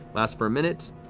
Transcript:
lasts for a minute.